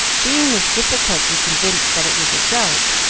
being with difficulty convinced that it was a joke,